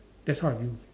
that's how I view